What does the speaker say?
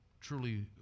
Truly